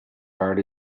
hard